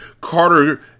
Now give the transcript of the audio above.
Carter